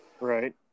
Right